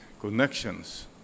connections